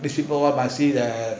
this people all must see that